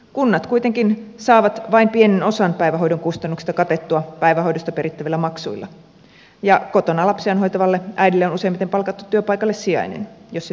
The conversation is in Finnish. kunnat kuitenkin saavat vain pienen osan päivähoidon kustannuksista katettua päivähoidosta perittävillä maksuilla ja kotona lapsiaan hoitavalle äidille on useimmiten palkattu työpaikalle sijainen jos se työpaikka on olemassa